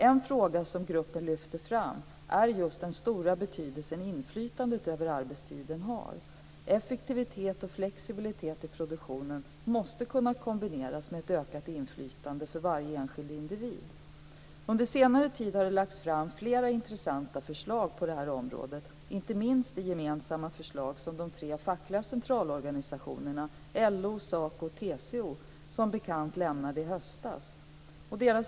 En fråga som gruppen lyfter fram är just den stora betydelse som inflytandet över arbetstiden har. Effektivitet och flexibilitet i produktionen måste kunna kombineras med ett ökat inflytande för varje enskild individ. Under senare tid har det lagts fram flera intressanta förslag på detta område, inte minst det gemensamma förslag som de tre fackliga centralorganisationerna LO, SACO och TCO som bekant lämnade i höstas.